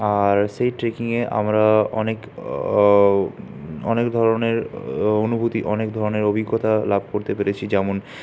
আর সেই ট্রেকিংয়ে আমরা অনেক অনেক ধরনের অনুভূতি অনেক ধরনের অভিজ্ঞতা লাভ করতে পেরেছি যেমন